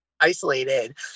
isolated